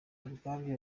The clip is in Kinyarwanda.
ubwabyo